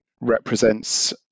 represents